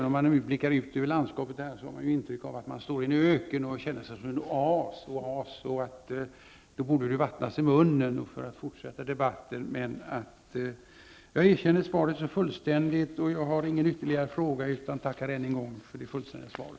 Om man blickar ut över landskapet här får man emellertid intrycket att man står i en öken. Och man känner sig som en oas, och då borde det ju vattnas i munnen för att fortsätta debatten. Men jag erkänner svaret fullständigt, och jag har ingen ytterligare fråga, utan jag tackar än en gång för det fullständiga svaret.